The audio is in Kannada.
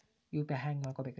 ಯು.ಪಿ.ಐ ಹ್ಯಾಂಗ ಮಾಡ್ಕೊಬೇಕ್ರಿ?